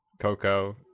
Coco